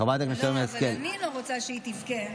חברת הכנסת שרן השכל, אבל אני לא רוצה שהיא תבכה.